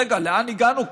רגע, לאן הגענו כאן?